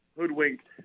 hoodwinked